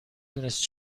دونست